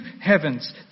heavens